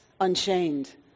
unchained